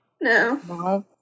No